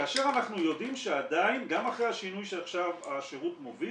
כאשר אנחנו יודעים שעדיין גם אחרי השינוי שעכשיו השירות מוביל,